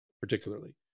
particularly